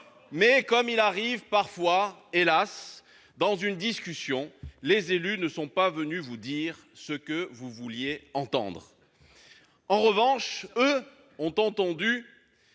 Mais, comme il arrive parfois, hélas, dans une discussion, les élus ne sont pas venus vous dire ce que vous vouliez entendre. En revanche, eux ont entendu